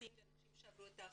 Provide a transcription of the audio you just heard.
יועצים ואנשים שעברו את ההכשרה.